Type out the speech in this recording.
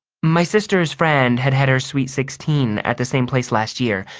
my sister's friend had had her sweet sixteen at the same place last year.